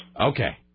Okay